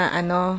ano